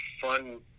fun